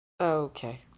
Okay